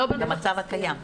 במצב הקיים.